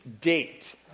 date